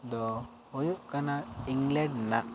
ᱫᱚ ᱦᱩᱭᱩᱜ ᱠᱟᱱᱟ ᱤᱝᱞᱮᱱᱰ ᱨᱮᱱᱟᱜ